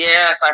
Yes